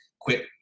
Quit